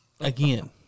again